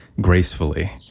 gracefully